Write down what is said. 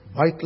white